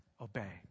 Obey